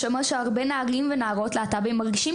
מה שאומר שהרבה נערים ונערות להט"בים מרגישים